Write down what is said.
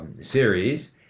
series